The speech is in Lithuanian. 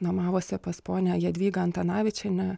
nuomavosi pas ponią jadvygą antanavičienę